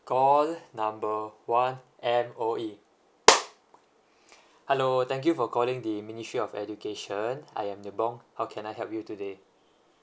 call number one M_O_E hello thank you for calling the ministry of education I am devon how can I help you today